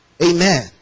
amen